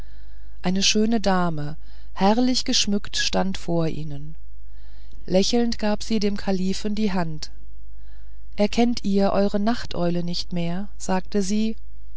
eine schöne dame herrlich geschmückt stand vor ihnen lächelnd gab sie dem kalifen die hand erkennt ihr eure nachteule nicht mehr sagte sie